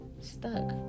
stuck